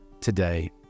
today